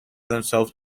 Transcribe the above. themselves